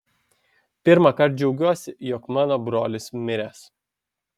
pirmąkart džiaugiuosi jog mano brolis miręs